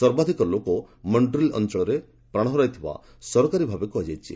ସର୍ବାଧିକ ଲୋକ ମଷ୍ଟ୍ରିଲ୍ ଅଞ୍ଚଳରେ ପ୍ରାଣ ହରାଇଥିବା ସରକାରୀ ଭାବେ କୁହାଯାଇଛି